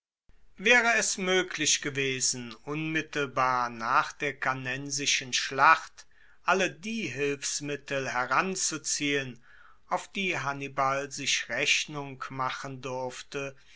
waere es moeglich gewesen unmittelbar nach der cannensischen schlacht alle die hilfsmittel heranzuziehen auf die hannibal sich rechnung machen durfte